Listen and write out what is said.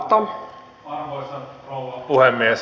arvoisa rouva puhemies